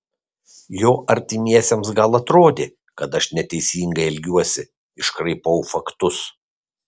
jo artimiesiems gal atrodė kad aš neteisingai elgiuosi iškraipau faktus